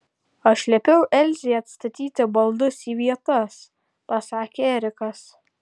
aš liepiau elzei atstatyti baldus į vietas pasakė erikas